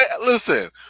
listen